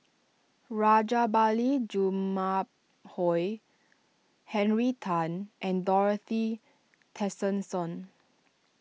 Rajabali Jumabhoy Henry Tan and Dorothy Tessensohn